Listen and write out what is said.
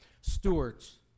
stewards